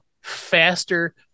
faster